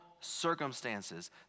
Circumstances